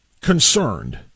concerned